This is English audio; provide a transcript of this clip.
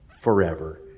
forever